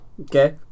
Okay